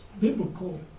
biblical